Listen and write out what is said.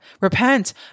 Repent